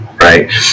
right